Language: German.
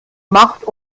macht